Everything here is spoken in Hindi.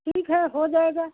ठीक है हो जाएगा